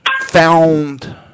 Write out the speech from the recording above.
found